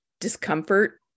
discomfort